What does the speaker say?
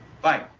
Bye